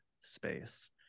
space